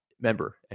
member